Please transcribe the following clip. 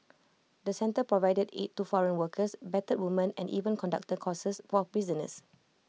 the centre provided aid to foreign workers battered women and even conducted courses for prisoners